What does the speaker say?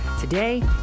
today